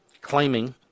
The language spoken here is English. claiming